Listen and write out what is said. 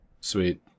Sweet